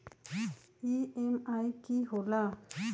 EMI की होला?